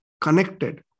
connected